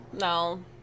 no